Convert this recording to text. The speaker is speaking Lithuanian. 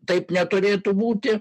taip neturėtų būti